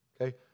Okay